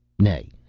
nay,